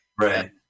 Right